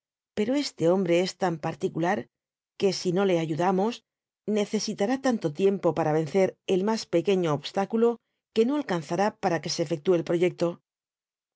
pero este hombre es tan particularque si no le ayudamos necesitará tanto tiempo para vencer el mas pequeño obstáculo que no alcanzará para que se efectúe el proyecto